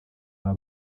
baba